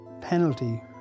penalty